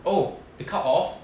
oh they cut off